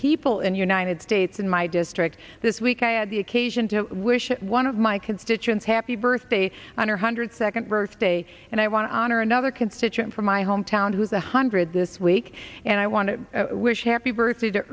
people in the united states in my district this week i had the occasion to wish one of my constituents happy birthday on her hundred second birthday and i want to honor another constituent from my hometown who's a hundred this week and i want to wish happy birthday t